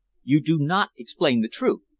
you do not explain the truth.